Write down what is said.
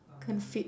can't fit